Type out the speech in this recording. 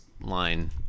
line